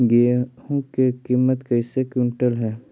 गेहू के किमत कैसे क्विंटल है?